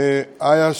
איה,